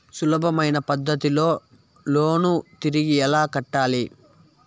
సులభమైన పద్ధతిలో లోను తిరిగి ఎలా కట్టాలి